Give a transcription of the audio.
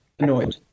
annoyed